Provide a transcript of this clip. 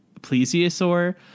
plesiosaur